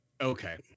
Okay